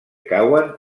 cauen